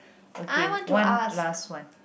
okay one last one